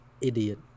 Idiot